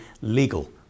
legal